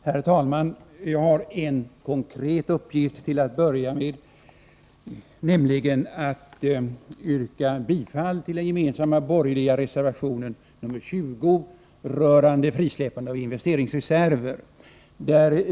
Herr talman! Jag har till att börja med en konkret uppgift, nämligen att yrka bifall till den gemensamma borgerliga reservationen nr20 rörande frisläppande av investeringsreserver.